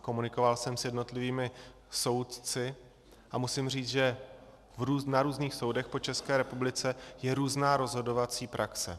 Komunikoval jsem s jednotlivými soudci a musím říci, že na různých soudech po České republice je různá rozhodovací praxe.